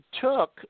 took